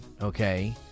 Okay